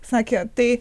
sakė tai